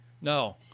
No